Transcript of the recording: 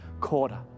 quarter